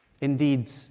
Indeed